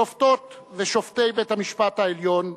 שופטות ושופטי בית-המשפט העליון,